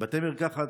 מבתי מרקחת,